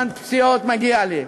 זמן פציעות מגיע לי.